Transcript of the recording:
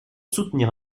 soutenir